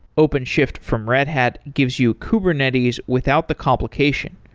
openshift from red hat gives you kubernetes without the complication.